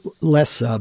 less